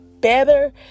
better